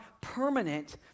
permanent